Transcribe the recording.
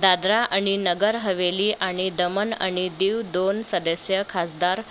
दादरा अणि नगर हवेली आणि दमन अणि दीव दोन सदस्य खासदार